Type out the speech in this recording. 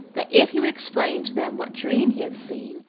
that if he would explain to them what dream he had seen,